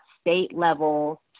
state-level